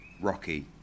Rocky